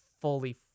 fully